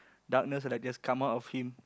darkness like just come out of him